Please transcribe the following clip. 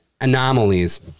anomalies